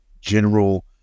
general